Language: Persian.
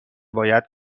باید